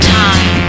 time